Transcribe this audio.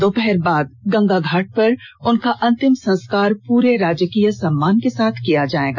दोपहर बाद गंगा घाट पर उनका अंतिम संस्कार पूरे राजकीय सम्मान के साथ किया जायेगा